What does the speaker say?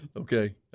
Okay